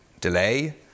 delay